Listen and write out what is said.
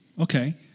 Okay